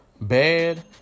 bad